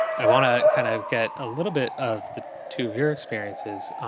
i want to kind of get a little bit of the two of your experiences,